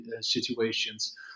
situations